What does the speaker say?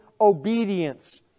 obedience